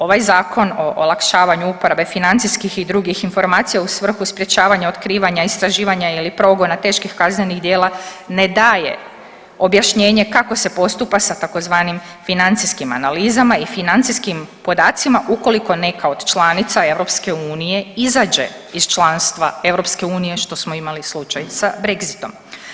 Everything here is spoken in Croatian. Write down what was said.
Ovaj zakon o olakšavanju uporabe financijskih i drugih informacija u svrhu sprječavanja otkrivanja, istraživanja ili progona teških kaznenih djela ne daje objašnjenje kako se postupa sa tzv. financijskim analizama i financijskim podacima ukoliko neka od članica EU izađe iz članstva EU što smo imali slučaj sa Brexitom.